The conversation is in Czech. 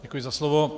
Děkuji za slovo.